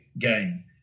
game